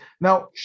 Now